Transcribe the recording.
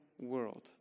world